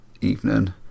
evening